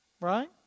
right